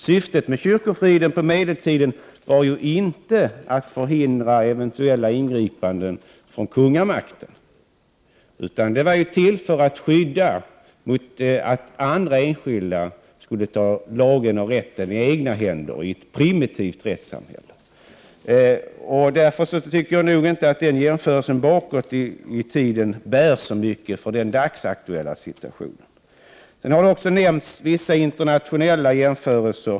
Syftet med kyrkofriden på medeltiden var inte att förhindra eventuella ingripanden från kungamakten, utan syftet var, som sagt, att skydda enskilda mot andra som ville ta lagen i egna händer, som i ett primitivt rättssamhälle. Därför tycker jag nog inte att en sådan här jämförelse bakåt i tiden är särskilt bärande i den dagsaktuella situationen. Vidare har här gjorts vissa internationella jämförelser.